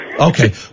Okay